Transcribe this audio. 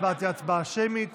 ההצבעה תהיה הצבעה שמית